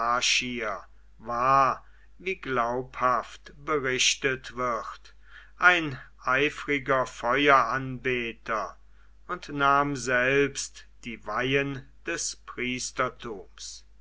war wie glaubhaft berichtet wird ein eifriger feueranbeter und nahm selbst die weihen des priestertums